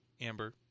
Amber